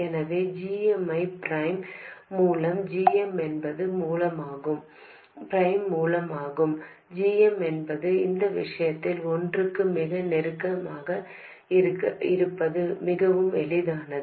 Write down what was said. எனவே g m prime மூலம் g m என்பது இந்த விஷயத்தில் ஒன்றுக்கு மிக நெருக்கமாக இருப்பது மிகவும் எளிதானது